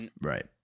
Right